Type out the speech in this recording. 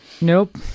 nope